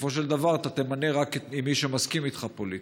בסופו של דבר אתה תמנה רק את מי שמסכים איתך פוליטית.